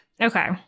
Okay